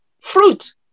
fruit